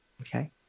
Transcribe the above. Okay